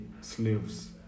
slaves